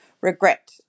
regret